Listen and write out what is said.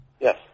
Yes